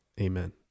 Amen